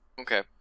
Okay